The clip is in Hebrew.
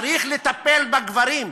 צריך לטפל בגברים.